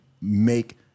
make